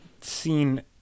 seen